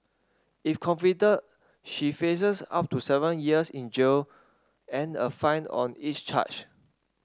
if convicted she faces up to seven years in jail and a fine on each charge